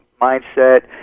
mindset